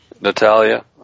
Natalia